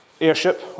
airship